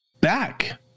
back